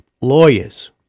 lawyers